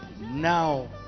Now